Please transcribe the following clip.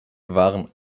waren